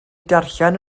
darllen